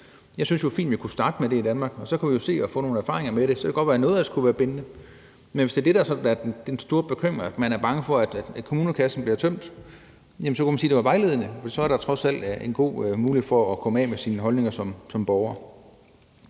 Jeg synes fint, vi kunne starte med det i Danmark, og så kunne vi jo se på det og få nogle erfaringer med det. Så kan det godt være, noget af det skulle være bindende, men hvis det, der er sådan den store bekymring, er, at man er bange for, at kommunekassen bliver tømt, så kunne man sige, at det var vejledende. For så er der trods alt en god mulighed for at komme ud med sine holdninger som borger.